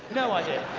no idea.